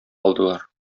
алдылар